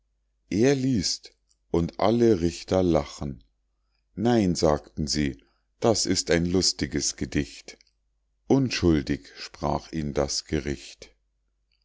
er liest und alle richter lachen nein sagten sie das ist ein lustiges gedicht unschuldig sprach ihn das gericht